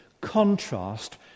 contrast